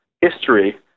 history